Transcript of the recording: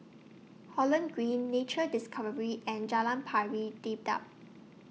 Holland Green Nature Discovery and Jalan Pari Dedap